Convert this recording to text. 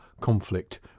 conflict